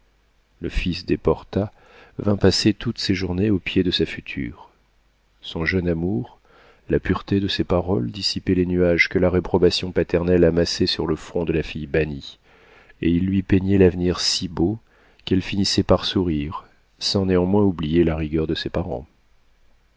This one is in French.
le fils des porta vint passer toutes ses journées aux pieds de sa future son jeune amour la pureté de ses paroles dissipaient les nuages que la réprobation paternelle amassait sur le front de la fille bannie et il lui peignait l'avenir si beau qu'elle finissait par sourire sans néanmoins oublier la rigueur de ses parents